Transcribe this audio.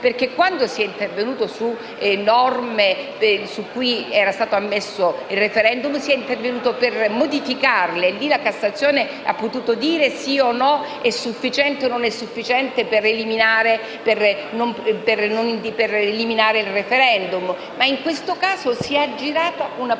perché quando si è intervenuti su norme, su cui era stato ammesso il *referendum*, per modificarle, la Cassazione ha potuto dire sì o no, è sufficiente o non è sufficiente per eliminare il *referendum*, mentre in questo caso si è aggirata una procedura.